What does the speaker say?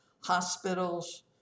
hospitals